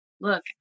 look